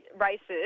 races